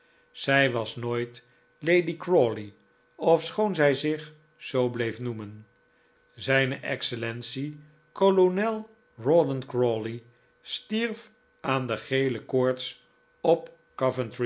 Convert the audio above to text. zij was nooit lady crawley ofschoon zij zich zoo bleef noemen zijne excellence kolonel rawdon crawley stierf aan de gele koorts op